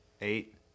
eight